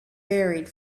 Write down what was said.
buried